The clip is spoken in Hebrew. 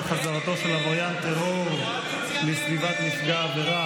חזרתו של עבריין טרור לסביבת נפגע עבירה,